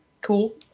cool